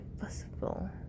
possible